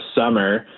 summer